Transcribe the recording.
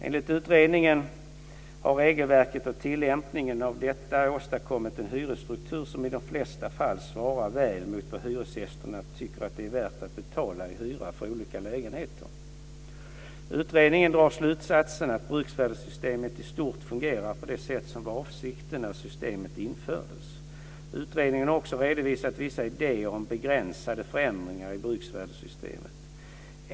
Enligt utredningen har regelverket och tillämpningen av detta åstadkommit en hyresstruktur som i de flesta fall svarar väl mot vad hyresgäster tycker att det är värt att betala i hyra för olika lägenheter. Utredningen drar slutsatsen att bruksvärdessystemet i stort sett fungerar på det sätt som var avsikten när systemet infördes. Utredningen har också redovisat vissa idéer om begränsade förändringar i bruksvärdessystemet.